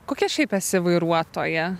kokia šiaip esi vairuotoja